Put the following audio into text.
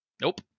Nope